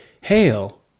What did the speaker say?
Hail